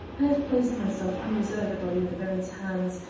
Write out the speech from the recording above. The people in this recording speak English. i have placed myself unreservedly in the baron's hands,